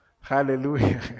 Hallelujah